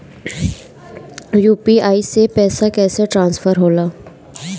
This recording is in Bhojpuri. यू.पी.आई से पैसा कैसे ट्रांसफर होला?